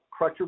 Crutcher